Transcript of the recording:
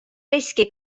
riski